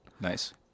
Nice